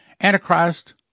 Antichrist